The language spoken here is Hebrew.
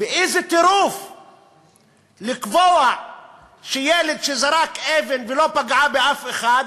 איזה טירוף לקבוע שילד שזרק אבן ולא פגע באף אחד,